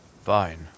Fine